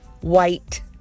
white